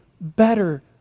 better